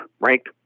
ranked